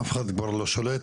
אף אחד כבר לא שולט,